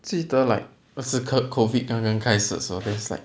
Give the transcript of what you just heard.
记得 like 这个 COVID 刚刚开始的时候 then its like